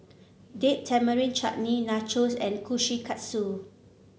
Date Tamarind Chutney Nachos and Kushikatsu